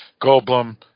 Goldblum